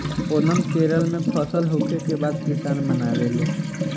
ओनम केरल में फसल होखे के बाद किसान मनावेले